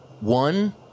one